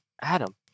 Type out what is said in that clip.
Adam